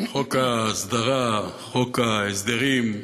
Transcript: חוק ההסדרה, חוק ההסדרים,